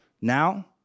Now